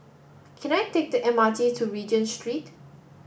can I take the M R T to Regent Street